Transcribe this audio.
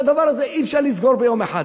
את הדבר הזה אי-אפשר לסגור ביום אחד.